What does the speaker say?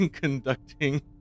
conducting